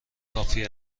کافی